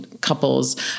couples